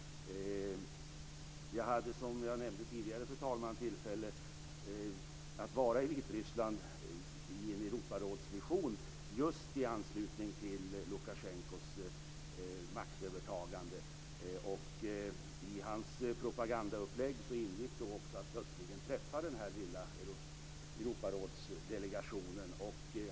Jag hade, som jag nämnde tidigare, fru talman, tillfälle att vara i Vitryssland i en Europarådsmission just i anslutning till Lukasjenkos maktövertagande. I hans propagandaupplägg ingick då också att plötsligen träffa den här lilla Europarådsdelegationen.